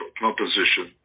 composition